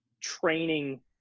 training